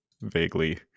vaguely